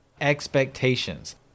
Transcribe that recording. expectations